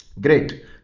great